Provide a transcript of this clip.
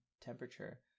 temperature